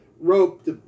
Rope